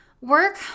work